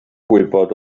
gwybod